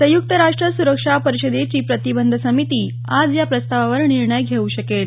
संयुक्त राष्ट्र सुरक्षा परिषदेची प्रतिबंध समिती आज या प्रस्तावावर निर्णय घेऊ शकेल